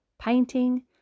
painting